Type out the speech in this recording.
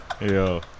Yo